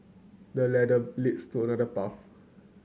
the ladder leads to another path